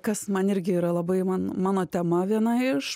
kas man irgi yra labai man mano tema viena iš